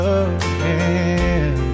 again